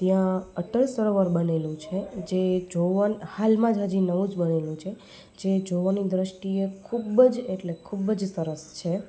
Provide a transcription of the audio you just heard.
ત્યાં અટલ સરોવર બનેલું છે જે જોવન હાલમાં જ હજી નવું જ બન્યું છે જે જોવાની દ્રષ્ટિએ ખૂબ જ એટલે ખૂબ જ સરસ છે